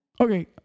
Okay